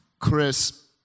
Chris